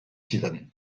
zidan